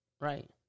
Right